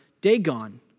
Dagon